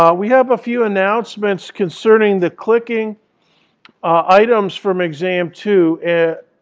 ah we have a few announcements concerning the clicking items from exam two,